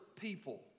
people